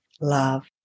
love